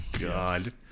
God